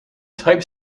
type